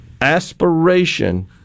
Aspiration